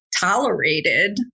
tolerated